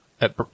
at-